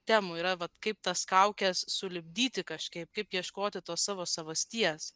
temų yra vat kaip tas kaukes sulipdyti kažkaip kaip ieškoti to savo savasties